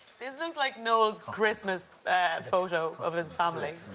is this like noel's christmas photo of his family?